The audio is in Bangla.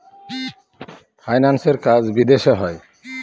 ফাইন্যান্সের কাজ বিদেশে হয়